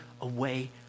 away